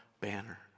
banner